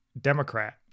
Democrat